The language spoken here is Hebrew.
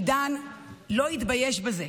עידן לא התבייש בזה,